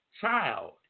child